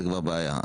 זה כבר בעיה.